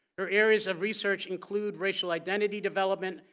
her areas of research include racial identity development,